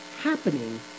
happening